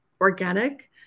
organic